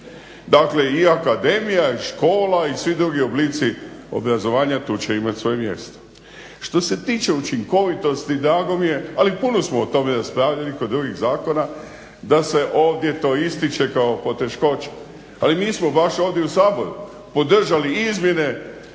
Dakle, i akademija i škola i svi drugi oblici obrazovanja tu će imati svoje mjesto. Što se tiče učinkovitosti drago mi je, ali puno smo o tome raspravljali kod drugih zakona, da se ovdje to ističe kao poteškoća. Ali mi smo baš ovdje u Saboru podržali izmjene